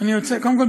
קודם כול,